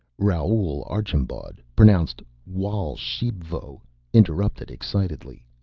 raoul archambaud pronounced wawl shebvo interrupted excitedly,